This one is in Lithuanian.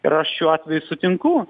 ir aš šiuo atveju sutinku